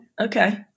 Okay